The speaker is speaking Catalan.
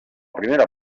primera